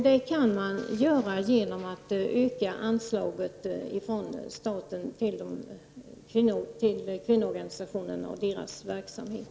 Det kan de göra genom att öka anslaget från staten till kvinnoorganisationerna och deras verksamhet.